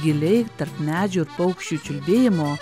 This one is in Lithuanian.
giliai tarp medžių ir paukščių čiulbėjimo